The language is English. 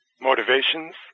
motivations